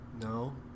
No